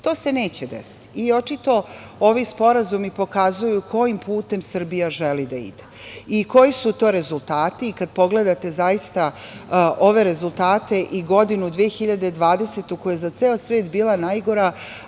To se neće desiti. Očito ovi sporazumi pokazuju kojim putem Srbija želi da ide i koji su to rezultati. Kad pogledate zaista ove rezultate i godinu 2020. koja je za ceo svet bila najgora,